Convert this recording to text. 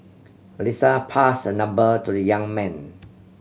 Melissa passed her number to the young man